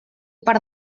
per